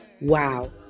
Wow